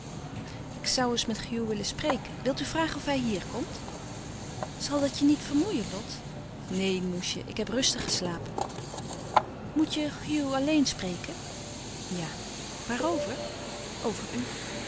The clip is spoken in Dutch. ik zoû eens met hugh willen spreken wil u vragen of hij hier komt zal dat je niet vermoeien lot neen moesje ik heb rustig geslapen moet je hugh alleen spreken ja waarover over u